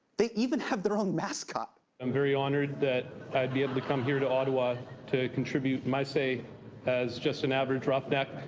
they even have their own mascot. i'm very honored that i'd be able to come here to ottawa to contribute my say as just an average roughneck.